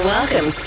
Welcome